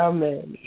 Amen